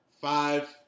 five